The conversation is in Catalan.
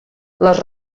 les